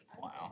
wow